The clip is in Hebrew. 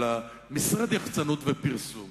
אלא של משרד יחצנות ופרסום